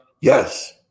Yes